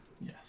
Yes